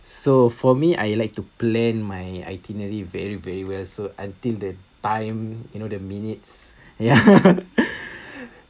so for me I like to plan my itinerary very very well so until the time you know the minutes ya